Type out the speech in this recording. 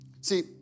See